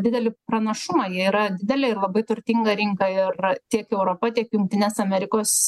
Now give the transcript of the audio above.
didelį pranašumą ji yra didelė ir labai turtinga rinka ir tiek europa tiek jungtinės amerikos